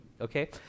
okay